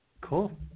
Cool